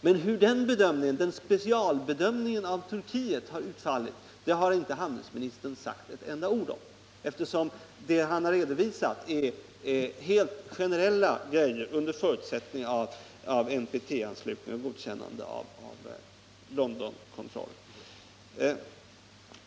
Men hur den specialbedömningen av Turkiet har utfallit har inte handelsministern sagt ett enda ord om — eftersom det han har redovisat är helt generella saker, exempelvis att det förutsätts att resp. land ingått NPT-avtal, godkänner IAEA-kontroll och Londonriktlinjerna.